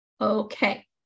Okay